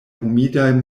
humidaj